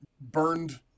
burned